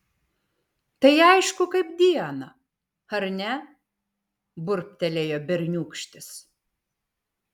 tai aišku kaip dieną ar ne burbtelėjo berniūkštis